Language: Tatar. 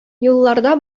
юлларда